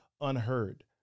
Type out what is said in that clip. unheard